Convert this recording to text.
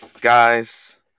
guys